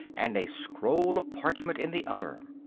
and a scroll of parchment in the other.